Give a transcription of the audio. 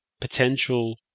potential